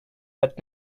but